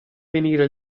venire